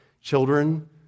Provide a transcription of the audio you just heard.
Children